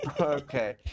Okay